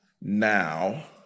Now